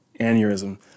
aneurysm